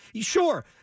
sure